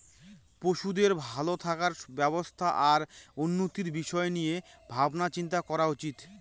পশুদের ভালো থাকার ব্যবস্থা আর উন্নতির বিষয় নিয়ে ভাবনা চিন্তা করা উচিত